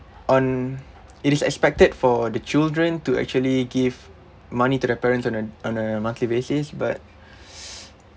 on it is expected for the children to actually give money to the parents on a on a monthly basis but